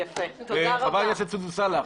חברת הכנסת סונדוס סאלח,